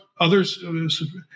others